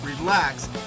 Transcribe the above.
relax